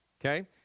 okay